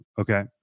Okay